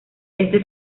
este